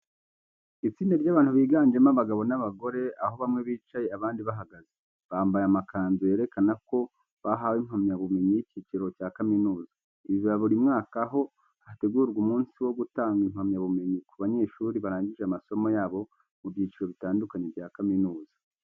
Itsinda ry'abantu biganjemo abagabo n'abagore, aho bamwe bicaye abandi bahagaze. Bambaye amakanzu yerekana ko bahawe impamyabumenyi y'ikiciro cya kaminuza. Ibi biba buri mwaka, aho hategurwa umunsi wo gutanga impamyabumenyi ku banyeshuri barangije amasomo yabo mu byiciro bitandukanye bya kaminuza.